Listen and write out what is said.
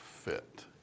fit